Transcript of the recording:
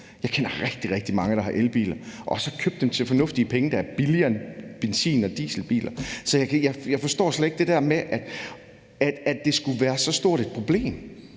Jeg kender rigtig, rigtig mange, der har elbil, som har købt den til fornuftige penge, og som er billigere end benzin- og dieselbiler. Så jeg forstår slet ikke det der med, at det skulle være så stort et problem,